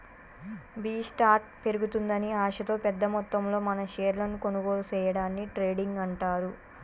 B start పెరుగుతుందని ఆశతో పెద్ద మొత్తంలో మనం షేర్లను కొనుగోలు సేయడాన్ని ట్రేడింగ్ అంటారు